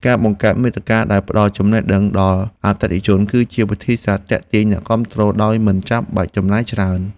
ការបង្កើតមាតិកាដែលផ្ដល់ចំណេះដឹងដល់អតិថិជន គឺជាវិធីសាស្ត្រទាក់ទាញអ្នកគាំទ្រដោយមិនបាច់ចំណាយច្រើន។